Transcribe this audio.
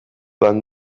van